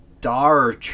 Dar